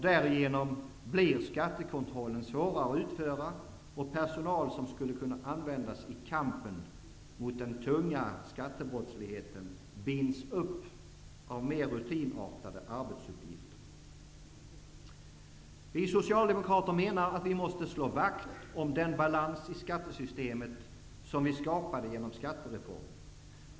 Därigenom blir skattekontrollen svårare att utföra, och personal som skulle kunna användas i kampen mot den tunga skattebrottsligheten binds upp av mer rutinartade arbetsuppgifter. Vi socialdemokrater menar att vi måste slå vakt om den balans i skattesystemet som vi skapade genom skattereformen.